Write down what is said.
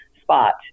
spot